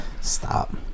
Stop